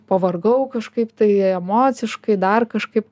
pavargau kažkaip tai emociškai dar kažkaip